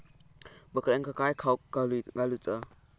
बकऱ्यांका काय खावक घालूचा?